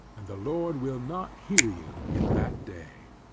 and the lord will not hear you in that day.